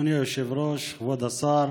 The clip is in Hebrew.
אדוני היושב-ראש, כבוד השר,